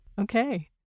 okay